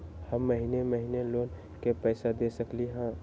हम महिने महिने लोन के पैसा दे सकली ह?